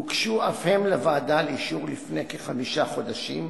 הוגשו אף הן לוועדה לאישור לפני כחמישה חודשים,